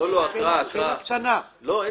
אין